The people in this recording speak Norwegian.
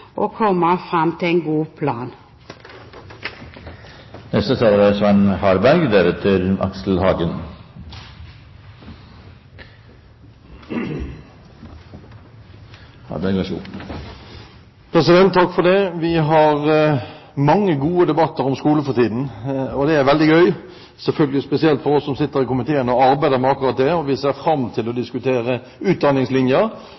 og komme fram til en god plan. Vi har mange gode debatter om skole for tiden, og det er veldig gøy, spesielt for oss som sitter i komiteen og arbeider med akkurat det. Vi ser fram til å